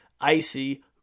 icy